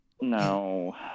No